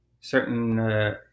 certain